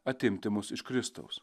atimti mus iš kristaus